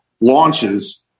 launches